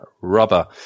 Rubber